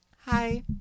hi